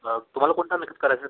तुम्हाला कोणता मेकअप करायचा आहे तसा